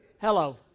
Hello